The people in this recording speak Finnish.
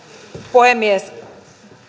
puhemies